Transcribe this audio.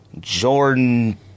Jordan